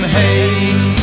hate